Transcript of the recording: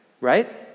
right